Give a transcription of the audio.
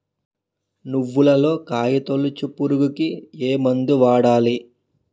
నువ్వులలో కాయ తోలుచు పురుగుకి ఏ మందు వాడాలి?